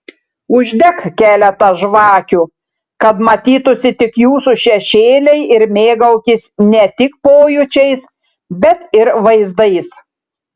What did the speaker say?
uždek keletą žvakių kad matytųsi tik jūsų šešėliai ir mėgaukis ne tik pojūčiais bet ir vaizdais